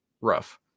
rough